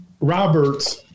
Robert's